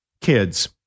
kids